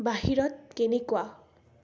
বাহিৰত কেনেকুৱা